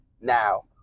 Now